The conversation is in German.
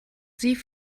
sie